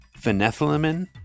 phenethylamine